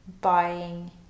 buying